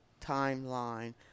timeline